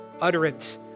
utterance